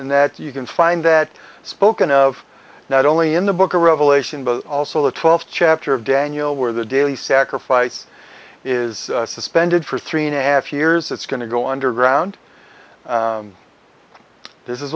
and that you can find that spoken of not only in the book of revelation but also the twelfth chapter of daniel where the daily sacrifice is suspended for three and a half years it's going to go underground this is